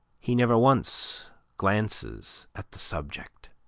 he never once glances at the subject.